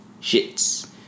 shits